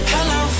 Hello